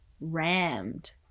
rammed